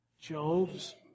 Job's